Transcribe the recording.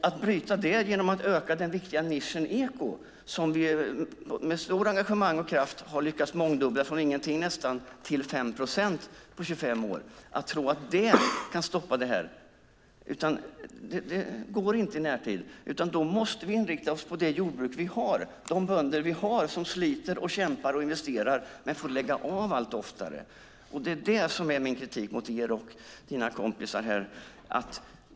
Att bryta det genom att öka den viktiga nischen ekoproduktion, som vi med stort engagemang och kraft har lyckats mångdubbla från nästan ingenting till 5 procent på 25 år, och tro att detta kan stoppa det går inte i närtid. Vi måste inrikta oss på det jordbruk vi har, de bönder vi har som sliter, kämpar och investerar men som får lägga av allt oftare. Det är min kritik mot er och era kompisar.